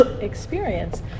experience